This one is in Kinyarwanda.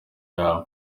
yabo